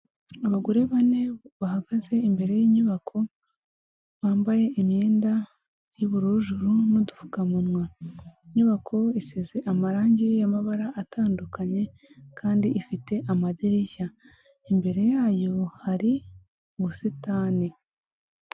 Abagore bane bahagaze imbere y'inyubako bambaye imyenda y'ubururu juru n'udupfukamunwa, inyubako isize amarangi y'amabara atandukanye kandi ifite amadirishya, imbere yayo hari ubusitani.